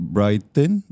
Brighton